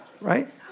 Right